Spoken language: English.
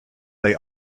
they